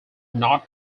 not